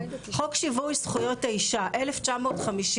חוק שווי זכויות האישה 1951,